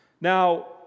Now